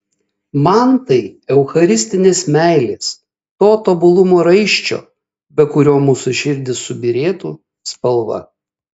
man tai eucharistinės meilės to tobulumo raiščio be kurio mūsų širdys subyrėtų spalva